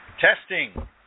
testing